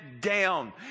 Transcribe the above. down